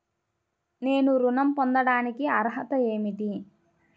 నేను ఋణం పొందటానికి అర్హత ఏమిటి?